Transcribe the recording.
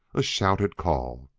a shouted call.